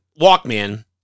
walkman